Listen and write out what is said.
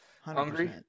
Hungry